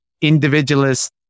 individualist